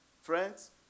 Friends